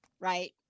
right